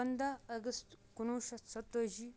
پَنٛدہ اَگَست کُنوُہ شیٚتھ سَتتٲجی